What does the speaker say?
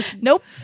Nope